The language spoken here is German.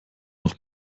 noch